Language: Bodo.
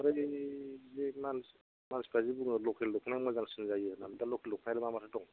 ओमफ्राय बे मानसि मानसिफ्रा जे बुङो लकेल दख'नाया मोजांसिन जायो होननानै दा लकेल दख'नायालाय मा माथो दं